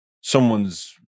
someone's